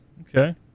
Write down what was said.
Okay